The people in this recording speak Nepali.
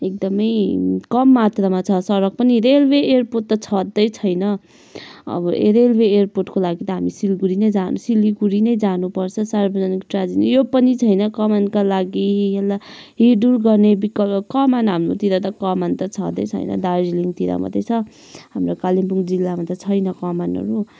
एकदमै कम मात्रामा छ सडक पनि रेलवे एयरपोर्ट त छँदै छैन अब रेलवे एरपोर्टको लागि त हामी सिलगढी नै जानु सिलगढी नै जानुपर्छ सार्वजनिक टाजन यो पनि छैन कमानका लागि हिँडडुल गर्ने विकल्प कमान हाम्रोतिर त कमान त छँदै छैन दार्जिलिङतिर मात्रै छ हाम्रो कालिम्पोङ जिल्लामा त छैन कमानहरू